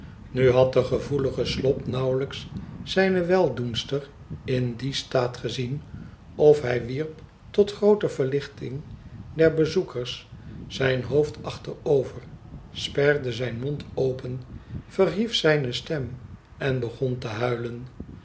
na had de gevoelige slop nauwelijks zijne weldoenster in dien staat gezien of hij wierp tot groote verlichting der bezoekers zijn hoofd achterover sperde zijn mond open verhief zijne stem en begon te linilen